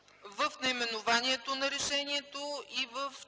в наименованието на решението и в